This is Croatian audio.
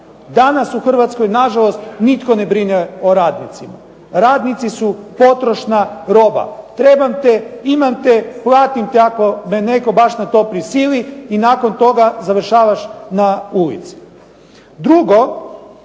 Danas u Hrvatskoj na žalost nitko ne brine o radnicima. Radnici su potrošna roba. Trebam te, imam te, platim te ako me netko baš na to prisili i nakon toga završavaš na ulici.